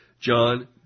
John